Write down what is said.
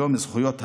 יום זכויות האדם,